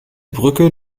brücke